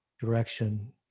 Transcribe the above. direction